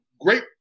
great